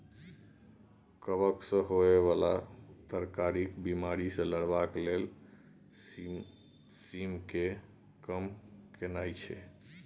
कवक सँ होए बला तरकारीक बिमारी सँ लड़बाक लेल सिमसिमीकेँ कम केनाय चाही